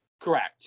Correct